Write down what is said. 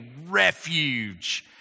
refuge